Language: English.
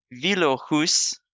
Vilohus